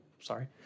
sorry